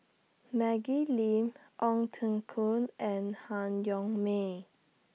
Maggie Lim Ong Teng Koon and Han Yong May